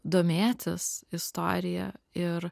domėtis istorija ir